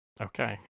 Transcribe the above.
Okay